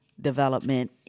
Development